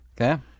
Okay